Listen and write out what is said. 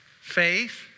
faith